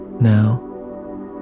now